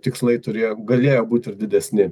tikslai turėjo galėjo būt ir didesni